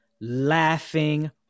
laughing